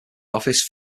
office